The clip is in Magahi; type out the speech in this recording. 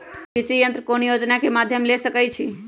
कृषि यंत्र कौन योजना के माध्यम से ले सकैछिए?